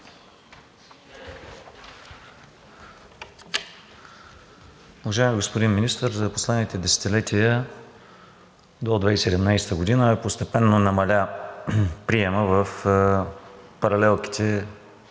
Уважаеми господин министър, за последните десетилетия до 2017 г. постепенно намаля приемът в паралелките